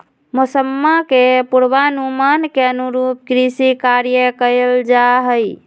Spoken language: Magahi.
मौसम्मा के पूर्वानुमान के अनुरूप कृषि कार्य कइल जाहई